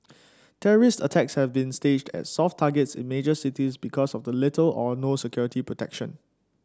terrorist attacks have been staged at soft targets in major cities because of the little or no security protection